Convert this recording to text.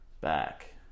Back